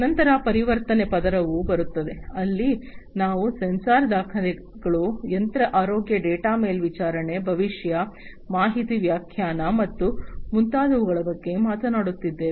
ನಂತರ ಪರಿವರ್ತನೆ ಪದರವು ಬರುತ್ತದೆ ಇಲ್ಲಿ ನಾವು ಸೆನ್ಸರ್ ದಾಖಲೆಗಳು ಯಂತ್ರ ಆರೋಗ್ಯ ಡೇಟಾ ಮೇಲ್ವಿಚಾರಣೆ ಭವಿಷ್ಯ ಮಾಹಿತಿ ವ್ಯಾಖ್ಯಾನ ಮತ್ತು ಮುಂತಾದವುಗಳ ಬಗ್ಗೆ ಮಾತನಾಡುತ್ತಿದ್ದೇವೆ